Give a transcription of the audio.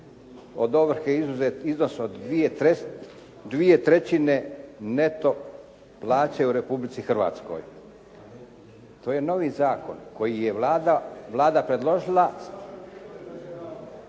od ovrhe izuzet iznos od dvije trećine neto plaće u Republici Hrvatskoj. To je novi zakon koji je Vlada predložila.